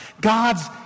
God's